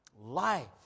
life